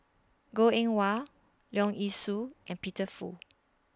Goh Eng Wah Leong Yee Soo and Peter Fu